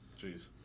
Jeez